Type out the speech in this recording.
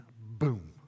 boom